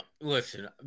listen